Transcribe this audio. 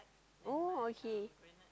oh okay